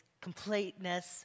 completeness